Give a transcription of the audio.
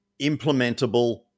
implementable